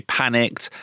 panicked